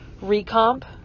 recomp